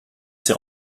ses